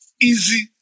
easy